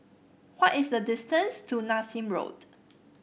what is the distance to Nassim Road